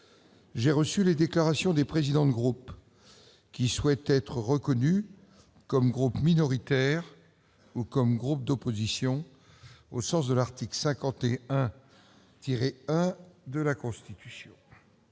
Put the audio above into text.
j'ai reçu les déclarations des présidents de groupe qui souhaitent être reconnus comme groupes minoritaires ou groupes d'opposition au sens de l'article 51-1 de la Constitution.